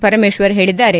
ಪರಮೇಶ್ವರ್ ಹೇಳಿದ್ದಾರೆ